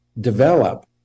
develop